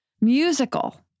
Musical